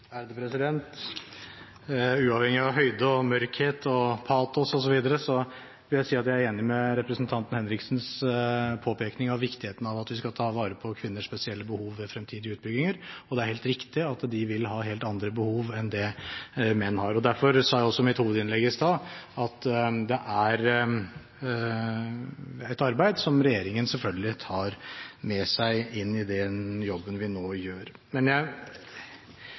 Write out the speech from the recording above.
Henriksens påpekning av viktigheten av at vi skal ta vare på kvinners spesielle behov ved fremtidige utbygginger, og det er helt riktig at de vil ha helt andre behov enn det menn har. Derfor sa jeg også i mitt hovedinnlegg i stad at det er et arbeid som regjeringen selvfølgelig tar med seg inn i den jobben den nå gjør. Men jeg